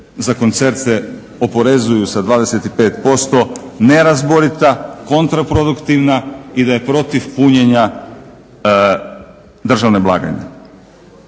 za koncerte oporezuju sa 25% nerazborita, kontraproduktivna i da je protiv punjenja državne blagajne.